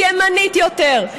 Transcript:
היא ימנית יותר,